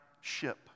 ship